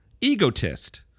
egotist